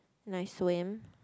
and I swim